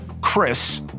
CHRIS